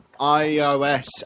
iOS